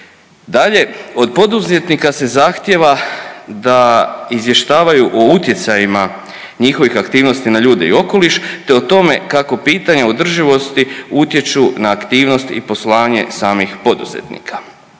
Dalje od poduzetnika se zahtjeva da izvještavaju o utjecajima njihovih aktivnosti na ljude i okoliš te o tome kako pitanja održivosti utječu na aktivnost i poslovanje samih poduzetnika.